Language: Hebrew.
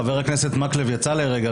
חבר הכנסת מקלב יצא לרגע,